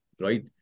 right